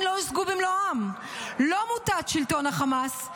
לא הושגו במלואן: לא מוטט שלטון חמאס,